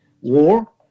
war